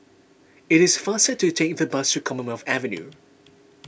it is faster to take the bus to Commonwealth Avenue